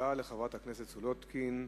תודה לחברת הכנסת סולודקין.